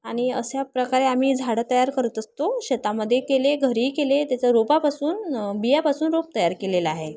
आणि अशा प्रकारे आम्ही झाडं तयार करत असतो शेतामध्ये केले घरीही केले त्याचा रोपापासून बियापासून रोप तयार केलेला आहे